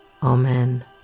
Amen